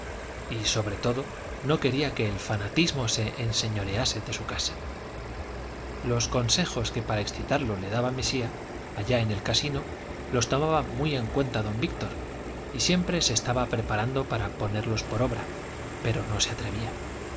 y sobre todo no quería que el fanatismo se enseñorease de su casa los consejos que para excitarlo le daba mesía allá en el casino los tomaba muy en cuenta don víctor y siempre se estaba preparando para ponerlos por obra pero no se atrevía